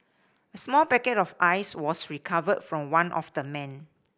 a small packet of Ice was recovered from one of the men